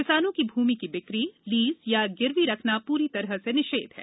किसानों की भूमि की बिक्री लीज या गिरबी रखना पूरी तरह से निषेध है